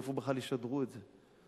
איפה ישדרו את זה?